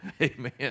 Amen